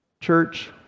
Church